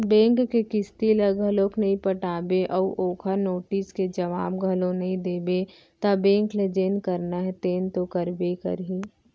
bank के किस्ती ल घलोक नइ पटाबे अउ ओखर नोटिस के जवाब घलोक नइ देबे त बेंक ल जेन करना हे तेन तो करबे करही